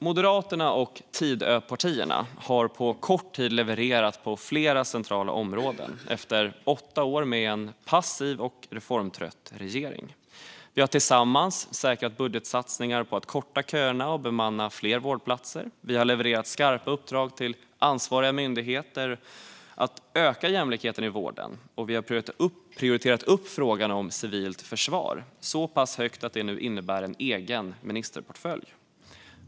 Moderaterna och Tidöparterna har på kort tid levererat på flera centrala områden, efter åtta år med en passiv och reformtrött regering. Vi har tillsammans säkrat budgetsatsningar på att korta köerna och bemanna fler vårdplatser, vi har levererat skarpa uppdrag till ansvariga myndigheter att öka jämlikheten i vården och vi har prioriterat upp frågan om civilt försvar så pass högt att det nu innebär en egen ministerportfölj.